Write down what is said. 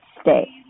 stay